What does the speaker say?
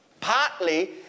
Partly